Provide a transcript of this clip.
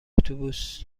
اتوبوس